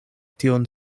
tion